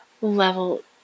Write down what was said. level